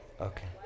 Okay